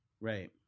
Right